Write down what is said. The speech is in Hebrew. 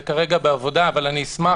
זה כרגע בעבודה, אבל אשמח